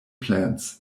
plants